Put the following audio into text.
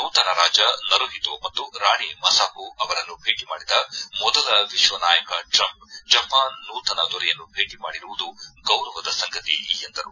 ನೂತನ ರಾಜ ನರುಹಿತೋ ಮತ್ತು ರಾಣಿ ಮಸಾಕೋ ಅವರನ್ನು ಭೇಟ ಮಾಡಿದ ಮೊದಲ ವಿಶ್ವನಾಯಕ ಟ್ರಂಪ್ ಜಪಾನ್ ನೂತನ ದೊರೆಯನ್ನು ಭೇಟ ಮಾಡಿರುವುದು ಗೌರವದ ಸಂಗತಿ ಎಂದರು